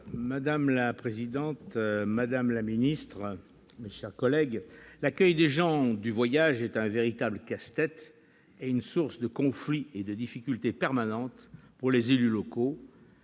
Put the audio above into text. Madame la présidente, madame la ministre, mes chers collègues, l'accueil des gens du voyage est un véritable casse-tête et une source de conflits et de difficultés permanente pour les élus locaux